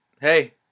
hey